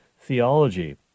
theology